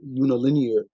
unilinear